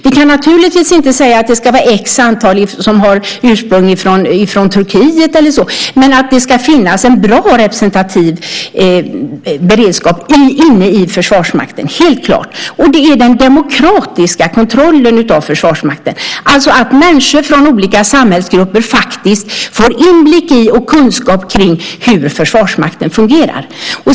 Vi kan naturligtvis inte säga att det ska vara ett visst antal som har sitt ursprung i Turkiet och så vidare. Men det ska finnas en bra och representativ beredskap inne i Försvarsmakten. Det är helt klart. Det handlar om den demokratiska kontrollen av Försvarsmakten, alltså att människor från olika samhällsgrupper får inblick i och kunskap om hur Försvarsmakten fungerar.